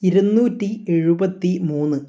ഇരുനൂറ്റി എഴുപത്തി മൂന്ന്